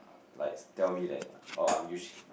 likes tell me that oh I'm usually